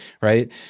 right